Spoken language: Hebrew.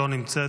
לא נמצאת.